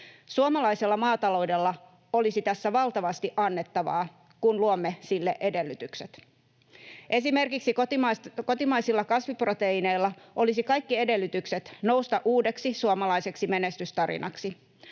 Suomalaisella maataloudella olisi tässä valtavasti annettavaa, kun luomme sille edellytykset. Esimerkiksi kotimaisilla kasviproteiineilla olisi kaikki edellytykset nousta uudeksi suomalaiseksi menestystarinaksi.